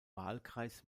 wahlkreis